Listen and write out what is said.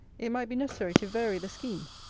it might be necessary to vary the scheme.